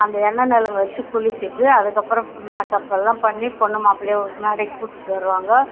அந்த எண்ணெய் நலங்கு வச்சு குளிச்சுட்டு அதுக்கப்புறம் மேக்கப்பெல்லாம் பண்ணி பொண்ணு மாப்பிளைய மேடைக்கு கூட்டிகிட்டு வருவாங்க